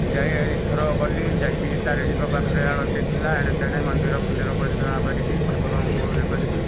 ଯାଏ ଏଇଥର ଗଲି ଯାଇକି ତାରିଣୀଙ୍କ ପାଖରେ ଆଳତୀ ଥିଲା ଏଣେତେଣେ ମନ୍ଦିରଫନ୍ଦିର ପରିକ୍ରମା କରିକି ଠାକୁରଙ୍କୁ ଇଏ କରିକି